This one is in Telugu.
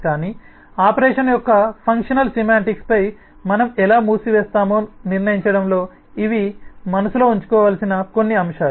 కానీ ఆపరేషన్ యొక్క ఫంక్షనల్ సెమాంటిక్స్పై మనం ఎలా మూసివేస్తామో నిర్ణయించడంలో ఇవి మనసులో ఉంచుకోవలసిన కొన్ని అంశాలు